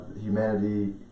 humanity